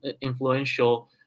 influential